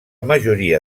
majoria